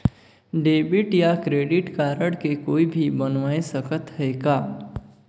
Debit या credit card के कोई भी बनवाय सकत है का?